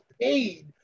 paid